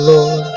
Lord